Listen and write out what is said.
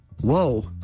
Whoa